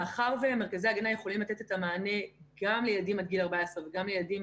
מאחר ומרכזי ההגנה יכולים לתת את המענה גם לילדים עד גיל 14 וגם לילדים